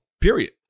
period